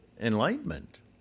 enlightenment